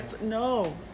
No